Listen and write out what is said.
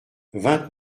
vingt